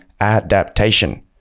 adaptation